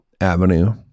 avenue